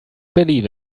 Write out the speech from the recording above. believe